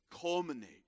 culminate